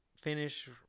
finish